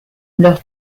leur